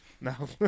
No